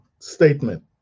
statement